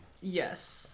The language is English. Yes